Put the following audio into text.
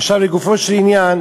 עכשיו לגופו של עניין.